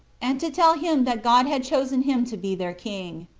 and to tell him that god had chosen him to be their king.